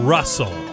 Russell